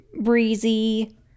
breezy